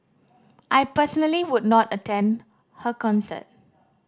I personally would not attend her concert